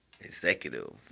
Executive